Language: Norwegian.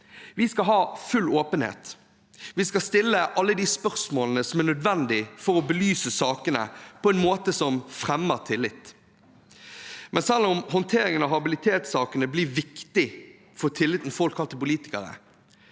Vi skal ha full åpenhet, vi skal stille alle de spørsmålene som er nødvendig for å belyse sakene på en måte som fremmer tillit. Men selv om håndteringen av habilitetssakene blir viktig for tilliten folk har til politikere,